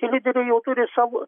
tie lyderiai jau turi savo